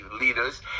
leaders